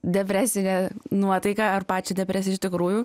depresinę nuotaiką ar pačią depresiją iš tikrųjų